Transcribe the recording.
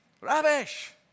Rubbish